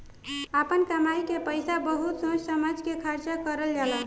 आपना कमाई के पईसा बहुत सोच समझ के खर्चा करल जाला